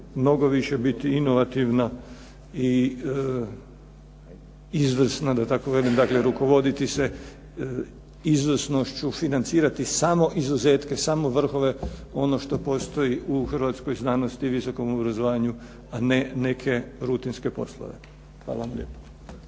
mnogo više biti inovativna i izvrsna da tako velim, dakle rukovoditi se izvrsnošću, financirati samo izuzetke, samo vrhove, ono što postoji u hrvatskoj znanosti i visokom obrazovanju, a ne neke rutinske poslove. Hvala vam lijepa.